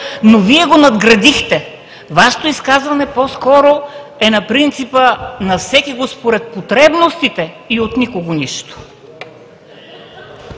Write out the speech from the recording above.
но Вие го надградихте. Вашето изказване по-скоро е на принципа: на всекиго според потребностите и от никого нищо.